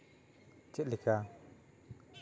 ᱪᱮᱫ ᱞᱮᱠᱟ